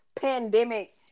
pandemic